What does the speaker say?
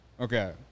Okay